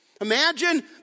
Imagine